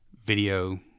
video